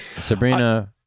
sabrina